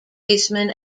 baseman